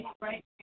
right